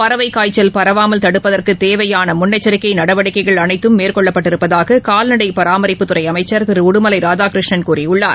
பறவைக் காய்ச்சல் பரவாமல் தடுப்பதற்கு தேவையான முன்னெச்சரிக்கை நடவடிக்கைகள் அனைத்தும் மேற்கொள்ளப்பட்டிருப்பதாக கால்நடை பராமரிப்புத் துறை அமைச்சர் திரு உடுமலை ராதாகிருஷ்ணன் கூறியுள்ளார்